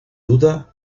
duda